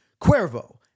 Cuervo